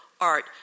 art